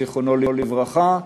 זיכרונו לברכה,